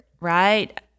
Right